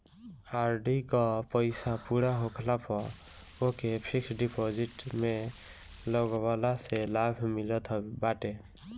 RD कअ पईसा पूरा होखला पअ ओके फिक्स डिपोजिट में लगवला से लाभ मिलत बाटे